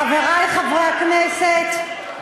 חברי חברי הכנסת,